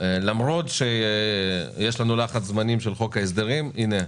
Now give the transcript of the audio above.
למרות שיש לנו לחץ זמנים של חוק ההסדרים, הנה,